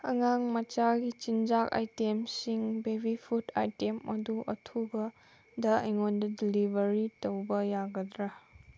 ꯑꯉꯥꯡ ꯃꯆꯥꯒꯤ ꯆꯤꯟꯖꯥꯛ ꯑꯥꯏꯇꯦꯝꯁꯤꯡ ꯕꯦꯕꯤ ꯐꯨꯠ ꯑꯥꯏꯇꯦꯝ ꯑꯗꯨ ꯑꯊꯨꯕꯗ ꯑꯩꯉꯣꯟꯗ ꯗꯤꯂꯤꯚꯔꯤ ꯇꯧꯕ ꯌꯥꯒꯗ꯭ꯔꯥ